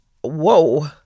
whoa